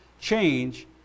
change